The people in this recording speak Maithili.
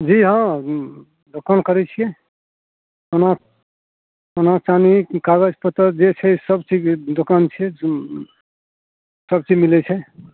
जी हँ दोकान करय छियै सोना सोना चानी की कागज पत्तर जे छै सब चीजके दोकान छै सब चीज मिलय छै